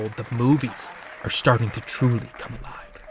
the movies are starting to truly come alive.